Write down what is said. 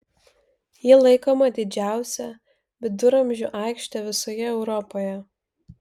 ji laikoma didžiausia viduramžių aikšte visoje europoje